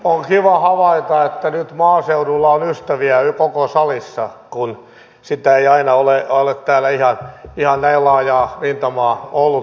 on kiva havaita että nyt maaseudulla on ystäviä koko salissa kun sitä ei aina ole täällä ihan näin laajaa rintamaa ollut mutta hyvä kun on